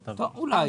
טוב, אולי.